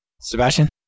Sebastian